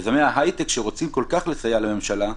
יזמי ההייטק שרוצים כל כך לסייע לממשלה,